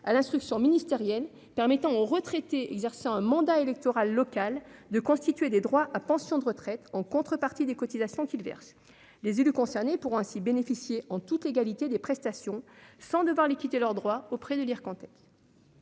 à l'instruction ministérielle permettant aux retraités exerçant un mandat électoral local de constituer des droits à pension de retraite en contrepartie des cotisations qu'ils versent. Les élus concernés pourront ainsi bénéficier en toute légalité des prestations sans devoir liquider leurs droits auprès de l'institution